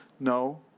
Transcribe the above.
No